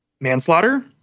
manslaughter